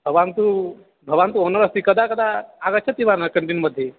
भवान्तं भवान् तु ओनर् अस्ति कदा कदा आगच्छति वा न कन्डिन् मध्ये